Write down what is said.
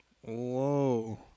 Whoa